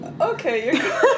Okay